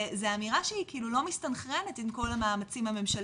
זה אמירה שהיא כאילו לא מסתנכרנת עם כל המאמצים הממשלתיים.